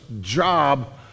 job